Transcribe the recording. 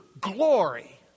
glory